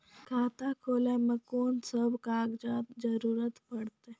खाता खोलै मे कून सब कागजात जरूरत परतै?